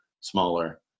smaller